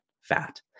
Fat